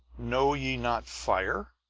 know ye not fire?